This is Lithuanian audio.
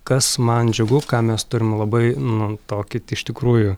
kas man džiugu ką mes turim labai nu tokį iš tikrųjų